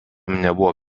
nebuvo